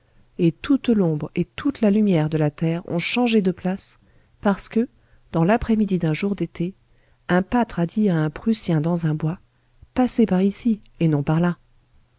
et toute l'ombre et toute la lumière de la terre ont changé de place parce que dans l'après-midi d'un jour d'été un pâtre a dit à un prussien dans un bois passez par ici et non par là